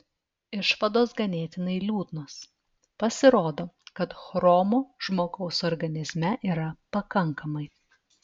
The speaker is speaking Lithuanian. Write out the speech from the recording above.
išvados ganėtinai liūdnos pasirodo kad chromo žmogaus organizme yra pakankamai